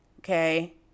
okay